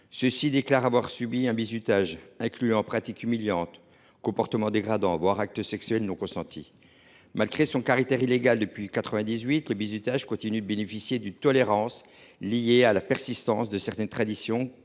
». Ils déclarent avoir subi un bizutage incluant pratiques humiliantes, comportements dégradants, voire actes sexuels non consentis. Malgré son caractère illégal depuis 1998, le bizutage continue de bénéficier d’une tolérance liée à la persistance de certaines traditions,